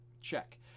check